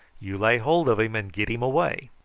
you lay hold of him and get him away.